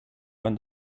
when